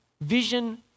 vision